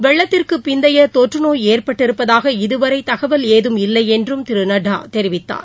வெள்ளத்திற்கு பிந்தைய தொற்று நோய் ஏற்பட்டிருப்பதாக இதுவரை தகவல் ஏதும் இல்லை என்றும் திரு நட்டா தெரிவித்தார்